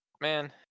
Man